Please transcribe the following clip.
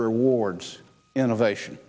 rewards innovation